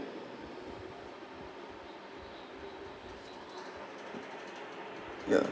yeah